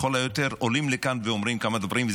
לכל היותר עולים לכאן ואומרים כמה דברים.